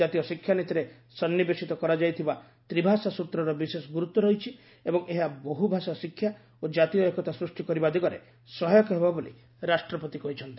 ଜାତୀୟ ଶିକ୍ଷା ନୀତିରେ ସନ୍ନିବେଶିତ କରାଯାଇଥିବା ତ୍ରି ଭାଷା ସୂତ୍ରର ବିଶେଷ ଗୁରୁତ୍ପ ରହିଛି ଏବଂ ଏହା ବହୁଭାଷା ଶିକ୍ଷା ଓ ଜାତୀୟ ଏକତା ସୃଷ୍ଟି କରିବା ଦିଗରେ ସହାୟକ ହେବ ବୋଲି ରାଷ୍ଟପତି କହିଛନ୍ତି